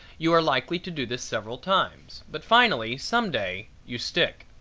you are likely to do this several times but finally some day you stick.